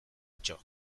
txo